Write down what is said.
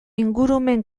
ingurumen